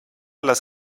las